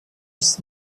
its